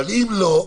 אבל אם לא,